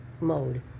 mode